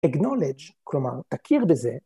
Acknowledge, כלומר, תכיר בזה.